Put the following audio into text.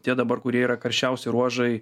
tie dabar kurie yra karščiausi ruožai